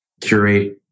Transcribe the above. curate